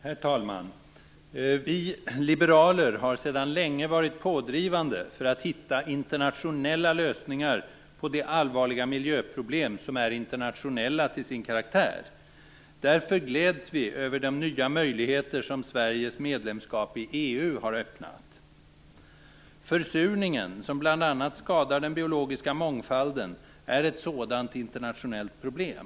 Herr talman! Vi liberaler har länge varit pådrivande för att hitta internationella lösningar på de allvarliga miljöproblem som är internationella till sin karaktär. Därför gläds vi över de nya möjligheter som Sveriges medlemskap i EU har öppnat. Försurningen, som bl.a. skadar den biologiska mångfalden, är ett sådant internationellt problem.